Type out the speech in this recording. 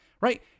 Right